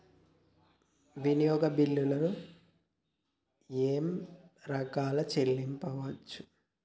వినియోగ బిల్లులు ఏమేం రకాల చెల్లింపులు తీసుకోవచ్చు?